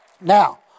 Now